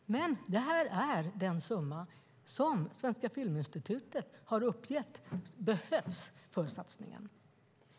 Men det är den summa som Svenska Filminstitutet har uppgett behövs för satsningen.